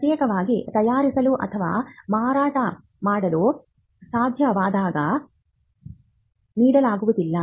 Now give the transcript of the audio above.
ಪ್ರತ್ಯೇಕವಾಗಿ ತಯಾರಿಸಲು ಅಥವಾ ಮಾರಾಟ ಮಾಡಲು ಸಾಧ್ಯವಾಗದ ವಿಷಯವಸ್ತು ಗಳನ್ನು ನೀಡಲಾಗುವುದಿಲ್ಲ